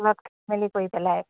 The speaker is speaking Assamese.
কৰি পেলাই